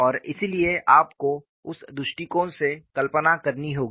और इसलिए आपको उस दृष्टिकोण से कल्पना करनी होगी